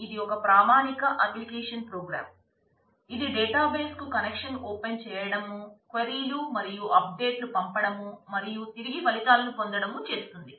ఇది డేటాబేస్ కు connection open చేయడం క్వైరీలు మరియు అప్ డేట్ లు పంపడం మరియు తిరిగి ఫలితాలను పొందడం చేస్తుంది